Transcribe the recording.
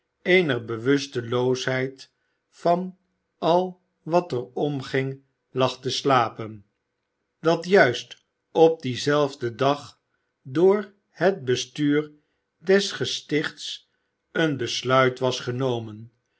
eener bewusteloosheid van al wat er omging lag te slapen dat juist op dien zelfden dag door het bestuur des gestichts een besluit was genomen